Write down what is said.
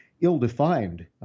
ill-defined